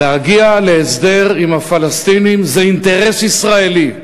להגיע להסדר עם הפלסטינים זה אינטרס ישראלי.